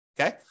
Okay